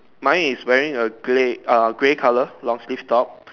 mine is wearing a grey uh grey color long sleeve top